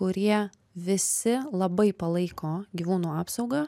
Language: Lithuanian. kurie visi labai palaiko gyvūnų apsaugą